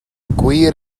gwir